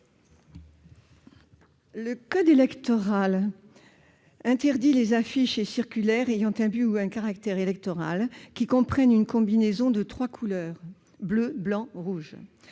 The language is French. Le code électoral interdit les « affiches et circulaires ayant un but ou un caractère électoral qui comprennent une combinaison des trois couleurs : bleu, blanc et rouge